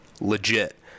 legit